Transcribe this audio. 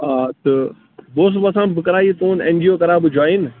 آ تہٕ بہٕ اوسُس وۅتھان بہٕ کَرٕ ہا یہِ تُہُنٛد اٮ۪ن جی او کَرٕ ہا بہٕ جوایِن